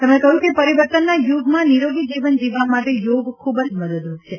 તેમણે કહ્યું કે પરિવર્તનના યુગમાં નિરોગી જીવન જીવવા માટે યોગ ખૂબ જ મદદરુપ છે